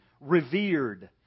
revered